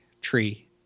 tree